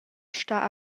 star